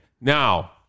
now